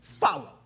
Follow